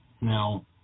Now